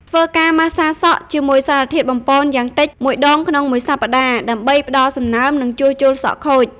ធ្វើការម៉ាស្សាសក់ជាមួយសារធាតុបំប៉នយ៉ាងតិចមួយដងក្នុងមួយសប្តាហ៍ ដើម្បីផ្តល់សំណើម និងជួសជុលសក់ខូច ។